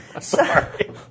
sorry